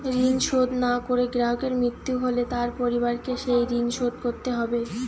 ঋণ শোধ না করে গ্রাহকের মৃত্যু হলে তার পরিবারকে সেই ঋণ শোধ করতে হবে?